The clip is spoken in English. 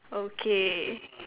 okay